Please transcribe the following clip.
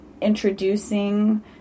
introducing